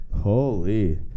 Holy